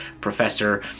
professor